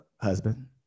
husband